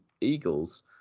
Eagles